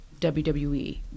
WWE